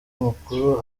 mukuru